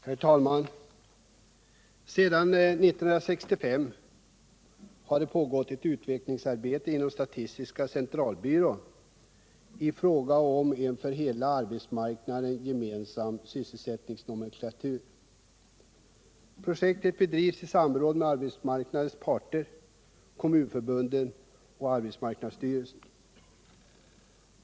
Herr talman! Sedan år 1965 har det pågått ett utvecklingsarbete inom statistiska centralbyrån i fråga om en för hela arbetsmarknaden gemensam sysselsättningsnomenklatur. Projektet bedrivs i samråd med arbetsmarknadens parter, kommunförbunden och arbetsmarknadsstyrelsen.